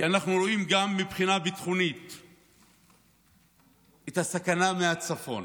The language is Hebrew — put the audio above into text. כי אנחנו רואים גם מבחינה ביטחונית את הסכנה מהצפון,